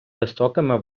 високими